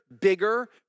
bigger